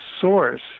source